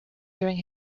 during